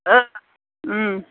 ओ उम